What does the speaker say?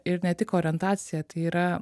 ir ne tik orientacija tai yra